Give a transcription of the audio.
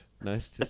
Nice